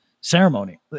ceremony